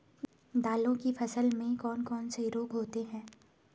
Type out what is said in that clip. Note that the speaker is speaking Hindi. दालों की फसल में कौन कौन से रोग होते हैं?